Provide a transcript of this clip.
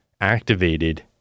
activated